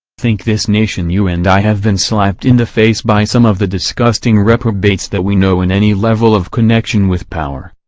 think this nation you and i have been slapped in the face by some of the disgusting reprobates that we know in any level of connection with power.